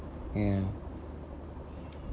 ya